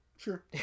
Sure